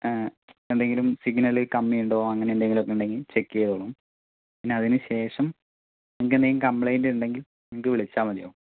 എന്തെങ്കിലും സിഗ്നല് കമ്മി ഉണ്ടോ അങ്ങനെ എന്തെങ്കിലും ഒക്കെ ഉണ്ടെങ്കിൽ ചേക്കേയ്തോളും പിന്നെ അതിനുശേഷം നിങ്ങൾക്ക് എന്തെങ്കിലും കംപ്ലൈന്റ് ഉണ്ടെങ്കിൽ എങ്കിൽ വിളിച്ചാൽ മതിയാവും